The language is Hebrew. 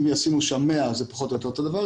אם ישימו שם 100, זה פחות או יותר אותו דבר.